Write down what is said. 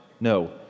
No